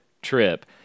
trip